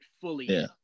fully